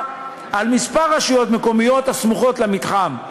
על כמה רשויות מקומיות הסמוכות למתחם,